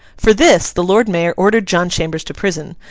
for this the lord mayor ordered john chambers to prison,